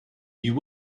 you